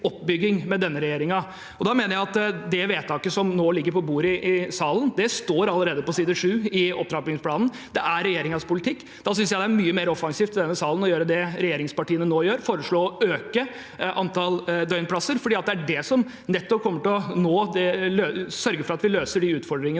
med denne regjering. Det vedtaket som nå ligger på bordet i salen, står allerede på side sju i opptrappingsplanen. Det er regjeringens politikk. Da synes jeg det er mye mer offensivt i denne salen å gjøre det regjeringspartiene nå gjør, å foreslå å øke antallet døgnplasser, for det er nettopp det som kommer til å sørge for at vi løser de utfordringene